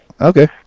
Okay